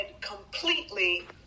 completely